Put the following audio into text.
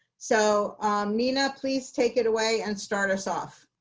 so nina, please take it away and start us off.